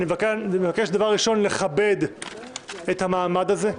אני מבקש דבר ראשון לכבד את המעמד הזה,